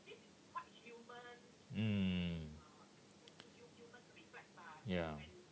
mm ya